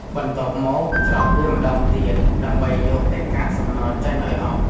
បន្ទាប់មក ច្រោះវាម្តងទៀត ដើម្បីយកតែកាកសំណល់ចេញឱ្យអស់។